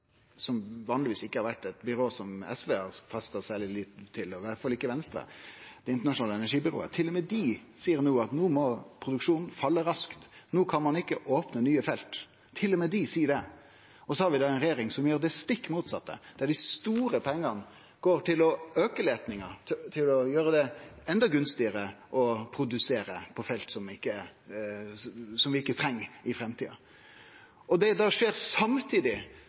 som vanlegvis ikkje er eit byrå som SV har festa særleg lit til, og iallfall ikkje Venstre. Til og med dei seier no at produksjonen må falle raskt. No kan ein ikkje opne nye felt. Til og med dei seier det. Så har vi ei regjering som gjer det stikk motsette, der dei store pengane går til å auke leitinga, til å gjere det endå gunstigare å produsere på felt som vi ikkje treng i framtida. Det skjer samtidig